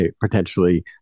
potentially